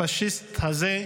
הפשיסט הזה,